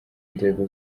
nzego